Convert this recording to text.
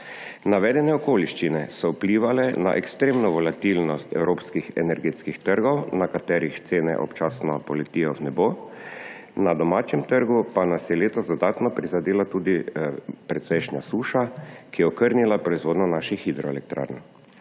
Navedene okoliščine so vplivale na ekstremno volatilnost evropskih energetskih trgov, na katerih cene občasno poletijo v nebo, na domačem trgu pa nas je letos dodatno prizadela tudi precejšnja suša, ki je okrnila proizvodnjo naših hidroelektrarn.